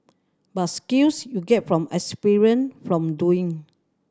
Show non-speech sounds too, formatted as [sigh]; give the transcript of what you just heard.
but skills you get from [unintelligible] from doing